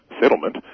settlement